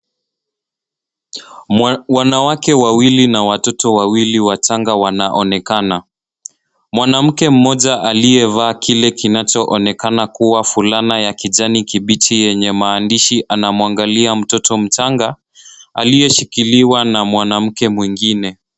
Wanawake wawili na watoto wawili wachanga wanaonekana. Mwanamke mmoja aliyevaa kile kinachoonekana kuwa fulana ya kijani kibichi yenye maandishi anamwangalia mtoto mchanga aliyeshikiliwa na mwanamke mwingine.